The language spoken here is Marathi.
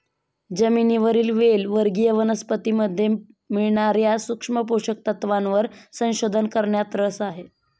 जमिनीवरील वेल वर्गीय वनस्पतीमध्ये मिळणार्या सूक्ष्म पोषक तत्वांवर संशोधन करण्यात रस आहे